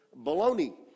baloney